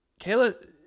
Kayla